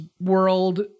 world